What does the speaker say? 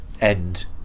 end